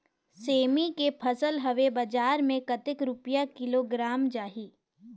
सेमी के फसल हवे बजार मे कतेक रुपिया किलोग्राम जाही?